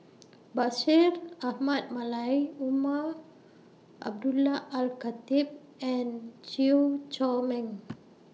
Bashir Ahmad Mallal Umar Abdullah Al Khatib and Chew Chor Meng